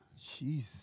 Jeez